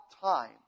time